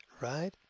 Right